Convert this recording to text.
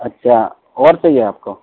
اچھا اور چاہیے آپ کو